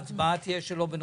ההצבעה תהיה לא בנוכחותך.